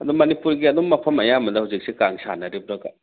ꯑꯗꯨ ꯃꯅꯤꯄꯨꯔꯒꯤ ꯑꯗꯨꯝ ꯃꯐꯝ ꯑꯌꯥꯝꯕꯗ ꯍꯧꯖꯤꯛꯁꯦ ꯀꯥꯡ ꯁꯥꯟꯅꯔꯤꯕ꯭ꯔꯥꯕ